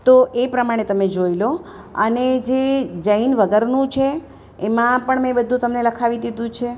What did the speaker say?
તો એ પ્રમાણે તમે જોઈ લો અને જે જૈન વગરનું છે એમાં પણ મેં બધું તમને બધું લખાવી દીધું છે